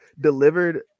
delivered